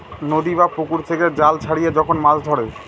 নদী বা পুকুর থেকে জাল ছড়িয়ে যখন মাছ ধরে